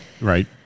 Right